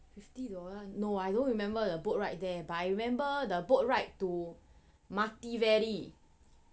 fifty dollars no I don't remember the boat ride there but I remember the boat ride to mathiveri